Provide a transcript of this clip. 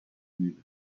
büyüdü